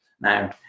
Now